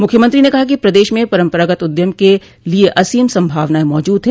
मुख्यमंत्री ने कहा कि प्रदेश में परंपरागत उद्यम के लिए असोम संभावनाएं मौजूद हैं